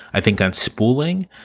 i think, unspooling.